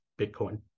Bitcoin